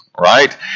Right